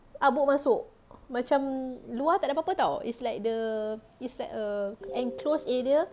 habuk masuk macam luar takde apa-apa [tau] is like the it's like a enclosed area